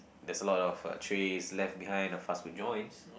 there's a lot of uh trays left behind in fast food joints